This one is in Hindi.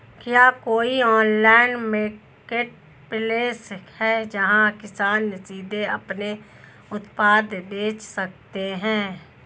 क्या कोई ऑनलाइन मार्केटप्लेस है जहां किसान सीधे अपने उत्पाद बेच सकते हैं?